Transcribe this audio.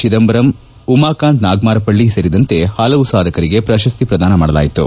ಚಿದಂಬರಂ ಉಮಾಕಾಂತ ನಾಗಮಾರಹಳ್ಳಿ ಸೇರಿದಂತೆ ಹಲವು ಸಾಧಕರಿಗೆ ಪ್ರಶಸ್ತಿ ಪ್ರದಾನ ಮಾಡಲಾಯಿತು